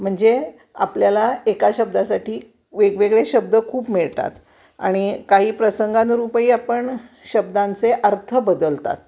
म्हणजे आपल्याला एका शब्दासाठी वेगवेगळे शब्द खूप मिळतात आणि काही प्रसंगांनुरूपही आपण शब्दांचे अर्थ बदलतात